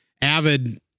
Avid